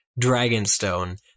Dragonstone